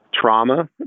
trauma